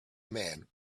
man